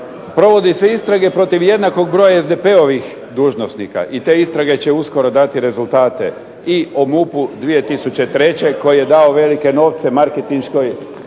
Provode se istrage protiv jednakog broja SDP-ovih dužnosnik i te istrage će uskoro dati rezultate i o MUP-u 2003. koji je dao velike novce marketinškoj